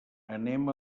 anem